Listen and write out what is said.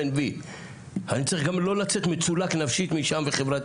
V. אני צריך גם לא לצאת משם מצולק נפשית וחברתית,